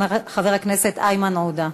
חבר הכנסת איימן עודה.